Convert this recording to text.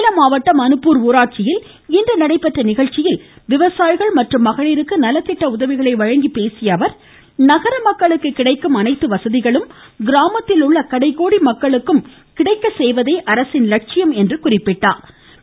சேலம் மாவட்டம் அனுப்பூர் ஊராட்சியில் இன்று நடைபெற்ற நிகழ்ச்சியில் விவசாயிகள் மற்றும் மகளிருக்கு நலத்திட்ட உதவிகளை வழங்கிப் பேசிய அவர் நகர மக்களுக்கு கிடைக்கும் அனைத்து வசதிகளும் கிராமத்திலுள்ள கடைக்கோடி மக்களுக்கும் கிடைப்பதே அரசின் லட்சியம் என்றும் குறிப்பிட்டார்